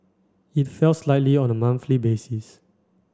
it fell slightly on the monthly basis